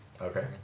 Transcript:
Okay